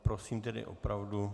Prosím tedy opravdu ...